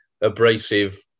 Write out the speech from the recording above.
abrasive